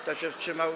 Kto się wstrzymał?